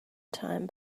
time